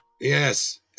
Yes